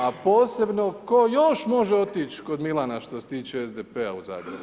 A posebno tko još može otići kod Milana što se tiče SDP-a u Zagrebu.